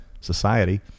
society